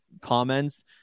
comments